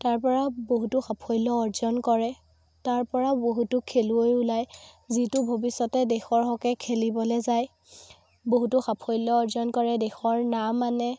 তাৰ পৰা বহুতো সাফল্য অৰ্জন কৰে তাৰ পৰা বহুতো খেলুৱৈ ওলায় যিটো ভৱিষ্যতে দেশৰ হকে খেলিবলৈ যায় বহুতো সাফল্য অৰ্জন কৰে দেশৰ নাম আনে